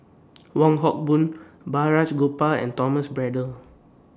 Wong Hock Boon Balraj Gopal and Thomas Braddell